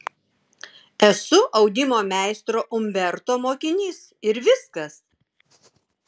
esu audimo meistro umberto mokinys ir viskas